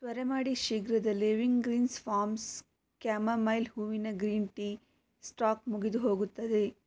ತ್ವರೆ ಮಾಡಿ ಶೀಘ್ರದಲ್ಲೇ ವಿಂಗ್ರೀನ್ಸ್ ಫಾರ್ಮ್ಸ್ ಕ್ಯಾಮಮೈಲ್ ಹೂವಿನ ಗ್ರೀನ್ ಟೀ ಸ್ಟಾಕ್ ಮುಗಿದುಹೋಗುತ್ತದೆ